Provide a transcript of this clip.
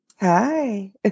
Hi